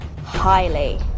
highly